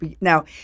now